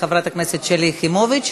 חברת הכנסת שלי יחימוביץ,